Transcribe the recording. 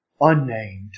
Unnamed